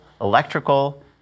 electrical